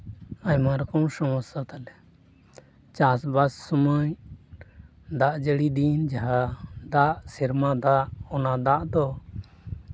ᱟᱭᱢᱟ ᱨᱚᱠᱚᱢ ᱥᱚᱢᱚᱥᱥᱟ ᱛᱟᱞᱮ ᱪᱟᱥᱼᱵᱟᱥ ᱥᱚᱢᱚᱭ ᱫᱟᱜ ᱡᱟᱹᱲᱤ ᱫᱤᱱ ᱡᱟᱦᱟᱸ ᱫᱟᱜ ᱥᱮᱨᱢᱟ ᱫᱟᱜ ᱚᱱᱟ ᱫᱟᱜ ᱫᱚ